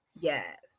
Yes